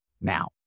now